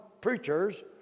preachers